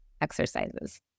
exercises